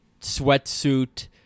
sweatsuit